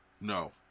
no